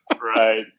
right